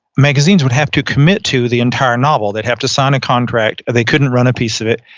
magazines would have to commit to the entire novel. they'd have to sign a contract, or they couldn't run a piece of it.